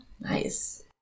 Nice